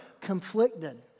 conflicted